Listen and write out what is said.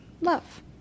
Love